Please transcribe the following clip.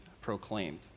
proclaimed